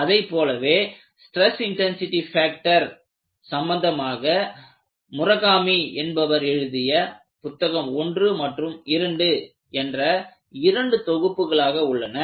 அதைப் போலவே stress intensity ஃபேக்டரை சம்பந்தமாக முரகாமி என்பவர் எழுதிய புத்தகம் 1 மற்றும் 2 என்ற இரண்டு தொகுப்புகளாக உள்ளன